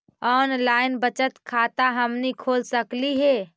Online बचत खाता हमनी खोल सकली हे?